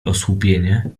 osłupienie